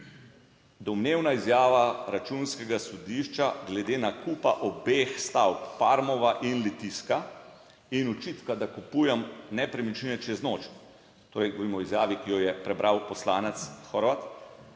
domnevna izjava Računskega sodišča glede nakupa obeh stavb, Parmova in Litijska, in očitka, da kupujem nepremičnine čez noč - torej govorimo o izjavi, ki jo je prebral poslanec Horvat